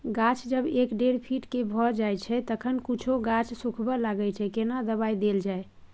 गाछ जब एक डेढ फीट के भ जायछै तखन कुछो गाछ सुखबय लागय छै केना दबाय देल जाय?